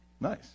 Nice